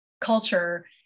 culture